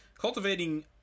Cultivating